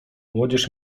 młodzież